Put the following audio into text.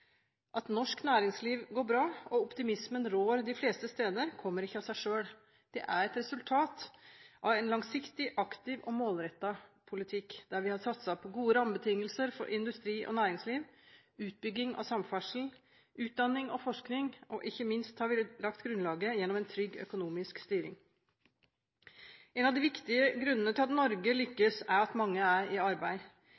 At norsk næringsliv går bra og optimismen rår de fleste steder, kommer ikke av seg selv. Det er et resultat av en langsiktig, aktiv og målrettet politikk, der vi har satset på gode rammebetingelser for industri og næringsliv, utbygging av samferdsel, utdanning og forskning, og ikke minst har vi lagt grunnlaget gjennom en trygg økonomisk styring. En av de viktige grunnene til at Norge